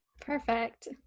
Perfect